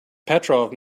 petrov